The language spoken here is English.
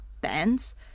bands